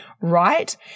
right